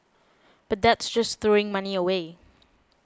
but that's just throwing money away